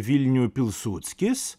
vilnių pilsuckis